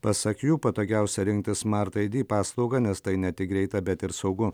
pasak jų patogiausia rinktis smart aidi paslaugą nes tai ne tik greita bet ir saugu